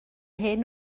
hyn